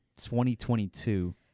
2022